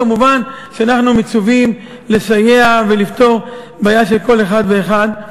כמובן שאנחנו מצווים לסייע ולפתור בעיה של כל אחד ואחד.